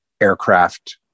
aircraft